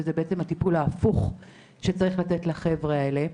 בעצם זה טיפול הפוך ממה שצריך לתת לחבר'ה האלה.